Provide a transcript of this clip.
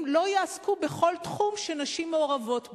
לא יעסקו בכל תחום שנשים מעורבות בו.